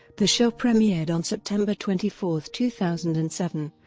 the show premiered on september twenty four, two thousand and seven,